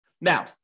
Now